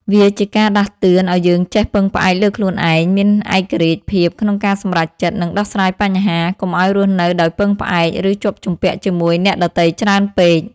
វាជាការដាស់តឿនឲ្យយើងចេះពឹងផ្អែកលើខ្លួនឯង មានឯករាជ្យភាពក្នុងការសម្រេចចិត្ត និងដោះស្រាយបញ្ហា កុំឲ្យរស់នៅដោយពឹងផ្អែក ឬជាប់ជំពាក់ជាមួយអ្នកដទៃច្រើនពេក។